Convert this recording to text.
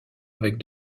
avec